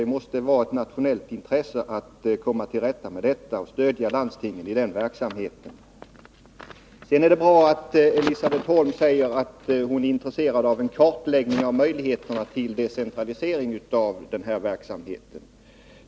Det måste således vara ett nationellt intresse att komma till rätta med detta och att stödja landstingen i denna verksamhet. Det är bra att Elisabet Holm är intresserad av en kartläggning av möjligheterna till decentralisering av blodgivningen.